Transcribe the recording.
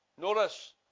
Notice